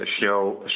show